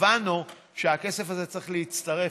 הבנו שהכסף הזה צריך להצטרף,